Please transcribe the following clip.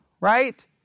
right